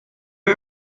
are